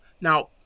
Now